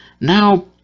now